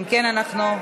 אם כן, אנחנו,